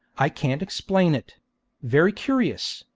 i can't explain it very curious,